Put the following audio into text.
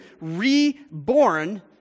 reborn